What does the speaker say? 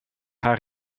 haar